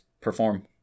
perform